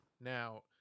now